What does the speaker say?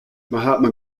mahatma